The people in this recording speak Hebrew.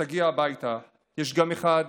כשתגיע הביתה, יש גם אחד